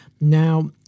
now